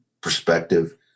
perspective